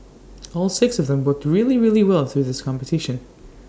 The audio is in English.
all six of them worked really really well through this competition